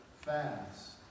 fast